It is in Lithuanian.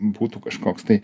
būtų kažkoks tai